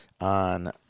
on